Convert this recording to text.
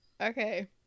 Okay